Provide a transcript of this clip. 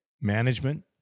management